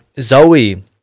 Zoe